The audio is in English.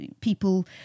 people